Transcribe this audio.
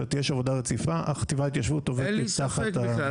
זאת אומרת יש עבודה רציפה החטיבה להתיישבות --- אין לי ספק בכלל,